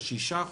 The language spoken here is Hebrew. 6%,